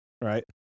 right